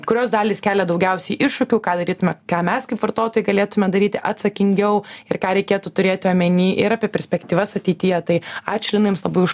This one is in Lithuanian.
kurios dalys kelia daugiausiai iššūkių ką darytume ką mes kaip vartotojai galėtume daryti atsakingiau ir ką reikėtų turėti omeny ir apie perspektyvas ateityje tai ačiū jums labai už